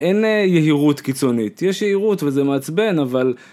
אין יהירות קיצונית, יש יהירות וזה מעצבן אבל...